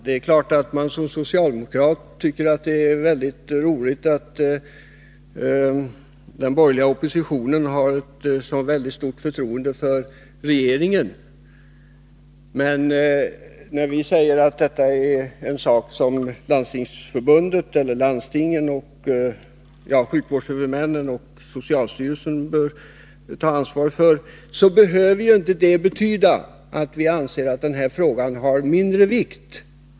Det är klart att man såsom socialdemokrat tycker att det är mycket roligt att den borgerliga oppositionen har ett så väldigt stort förtroende för regeringen. Men när vi säger att detta är en sak som sjukvårdshuvudmännen och socialstyrelsen bör ta ansvar för, behöver det inte betyda att vi anser att denna fråga är av mindre vikt.